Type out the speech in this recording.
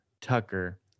Tucker